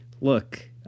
look